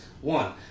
One